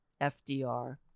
FDR